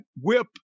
whip